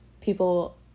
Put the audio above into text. people